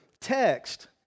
text